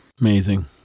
Amazing